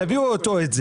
תביאו את זה.